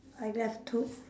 I left two